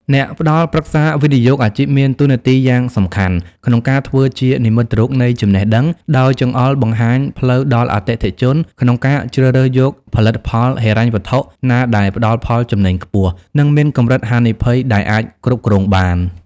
អ្នកផ្ដល់ប្រឹក្សាវិនិយោគអាជីពមានតួនាទីយ៉ាងសំខាន់ក្នុងការធ្វើជានិមិត្តរូបនៃចំណេះដឹង ដោយចង្អុលបង្ហាញផ្លូវដល់អតិថិជនក្នុងការជ្រើសរើសយកផលិតផលហិរញ្ញវត្ថុណាដែលផ្ដល់ផលចំណេញខ្ពស់ និងមានកម្រិតហានិភ័យដែលអាចគ្រប់គ្រងបាន។